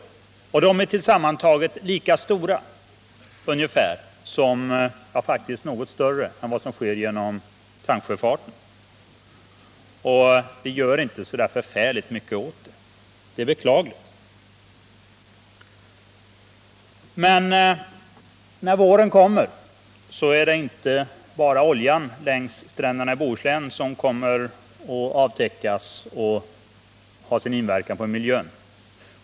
De utsläppen är tillsammantagna faktiskt något större än utsläppen från tanksjöfarten. Vi gör inte så förfärligt mycket åt det här, och det är beklagligt. När våren kommer är det inte bara oljan längs stränderna i Bohuslän som kommer att avtäckas och ha sin inverkan på miljön.